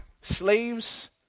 Slaves